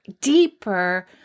deeper